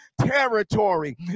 territory